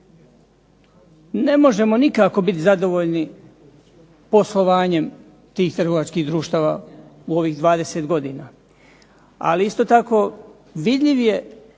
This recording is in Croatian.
Ne možemo nikako biti zadovoljni poslovanjem tih trgovačkih društava u ovih 20 godina. Ali isto tako vidljiv je